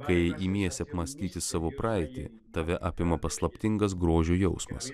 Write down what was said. kai imiesi apmąstyti savo praeitį tave apima paslaptingas grožio jausmas